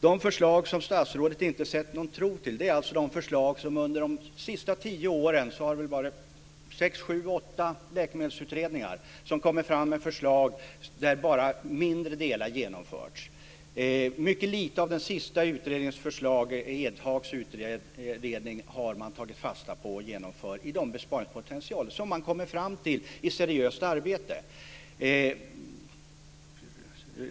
De förslag som statsrådet inte sätter någon tro till är alltså de förslag som under de senaste tio åren kommit fram i 6-8 läkemedelsutredningar, men där bara mindre delar genomförts. Mycket lite av den sista utredningens förslag, Edhags utredning, har man tagit fasta på och genomför i de besparingspotentialer som man kommer fram till i seriöst arbete.